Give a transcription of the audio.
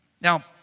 Now